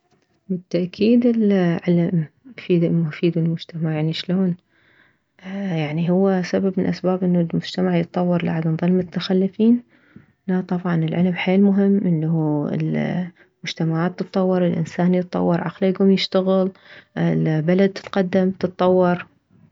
بالتأكيد العلم مفيد يفيد المجتمع يعني شلون يعني هو سبب من الاسباب انه المجتمع يتطور لعد نظل متخلفين لا طبعا العلم حيل مهم انه المجتمعات تتطور الانسان يتطور عقله يكوم يشتغل البلد تتقدم تتطور